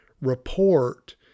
report